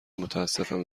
متاسفم